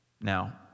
Now